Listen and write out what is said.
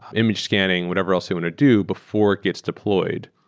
image scanning, whatever else you want to do before it gets deployed.